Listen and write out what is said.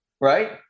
right